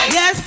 Yes